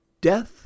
Death